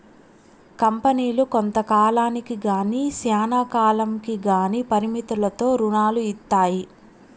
కంపెనీలు కొంత కాలానికి గానీ శ్యానా కాలంకి గానీ పరిమితులతో రుణాలు ఇత్తాయి